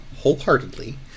wholeheartedly